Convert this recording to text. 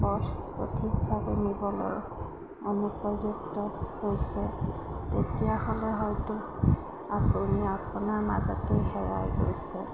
পথ সঠিকভাৱে নিবলৈ অনুপযুক্ত হৈছে তেতিয়াহ'লে হয়তো আপুনি আপোনাৰ মাজতেই হেৰাই গৈছে